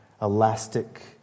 elastic